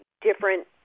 different